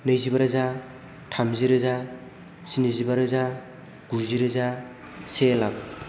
नैजिबा रोजा थामजि रोजा स्निजिबा रोजा गुजि रोजा से लाख